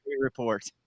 report